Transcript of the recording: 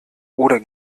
oder